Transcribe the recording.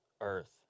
earth